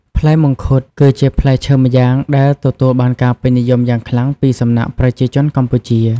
ផ្លែមង្ឃុតគឺជាផ្លែឈើម្យ៉ាង ដែលទទួលបានការពេញនិយមយ៉ាងខ្លាំងពីសំណាក់ប្រជាជនកម្ពុជា។